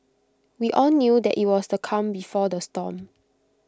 we all knew that IT was the calm before the storm